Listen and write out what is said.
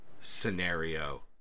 scenario